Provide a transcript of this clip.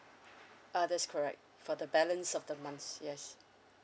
uh that's correct for the balance of the months yes